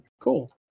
Cool